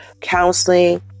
counseling